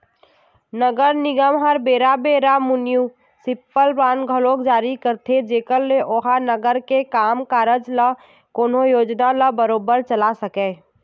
नगर निगम ह बेरा बेरा म्युनिसिपल बांड घलोक जारी करथे जेखर ले ओहा नगर के काम कारज ल कोनो योजना ल बरोबर चला सकय